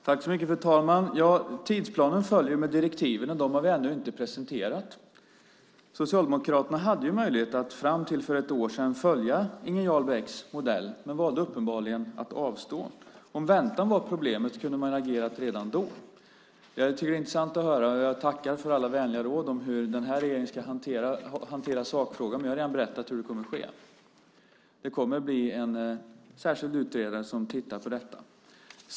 Fru talman! Tidsplanen följer med direktiven, och vi har ännu inte presenterat dem. Socialdemokraterna hade möjlighet att fram till för ett år sedan följa Inger Jarl Becks modell men valde uppenbarligen att avstå. Om väntan var problemet kunde man ha agerat redan då. Det är intressant att höra. Jag tackar för alla vänliga råd om hur den här regeringen ska hantera sakfrågan, men jag har redan berättat hur det kommer att ske. Det kommer att bli en särskild utredare som tittar på detta.